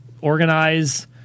organize